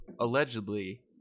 allegedly